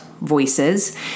voices